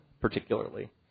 particularly